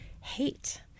hate